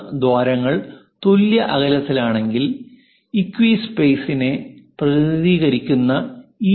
ദ്വാരങ്ങൾ തുല്യ അകലത്തിലാണെങ്കിൽ ഇക്വി സ്പെയ്സിനെ പ്രതിനിധീകരിക്കുന്ന ഇ